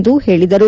ಎಂದು ಹೇಳಿದರು